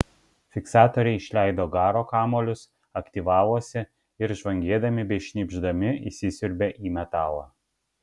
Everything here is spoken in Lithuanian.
fiksatoriai išleido garo kamuolius aktyvavosi ir žvangėdami bei šnypšdami įsisiurbė į metalą